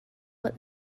what